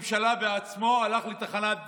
בעצמו הלך לתחנת דלק,